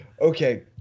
Okay